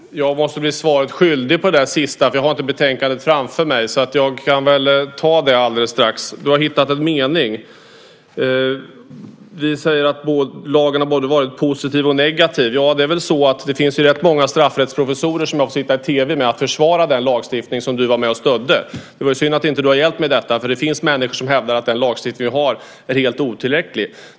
Fru talman! Jag måste bli svaret skyldig beträffande det sistnämnda. Jag har inte betänkandet framför mig, men jag tar det alldeles strax. Du har tydligen hittat en mening där vi säger att lagen har varit både positiv och negativ. Ja, det finns rätt många straffrättsprofessorer som får sitta i tv och försvara den lagstiftning som du var med och stödde. Det är synd att du inte har hjälpt till med detta, för det finns människor som menar att den lagstiftning vi har är helt otillräcklig.